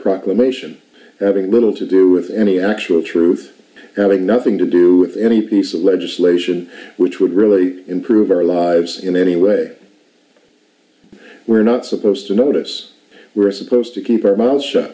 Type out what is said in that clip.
proclamation having little to do with any actual truth having nothing to do with any piece of legislation which would really improve our lives in any way we're not supposed to notice we're supposed to keep our mouths shut